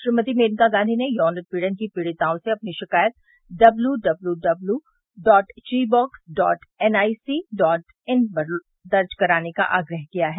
श्रीमती मेनका गांधी ने यौन उत्पीड़न की पीड़िताओं से अपनी शिकायत W W W W dot shebox dot N I C dot in पर दर्ज कराने का आग्रह किया है